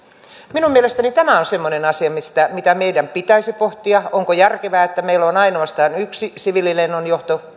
minun mielestäni tämä on semmoinen asia mitä meidän pitäisi pohtia onko järkevää että meillä on ainoastaan yksi siviililennonjohtopaikka